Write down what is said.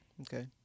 Okay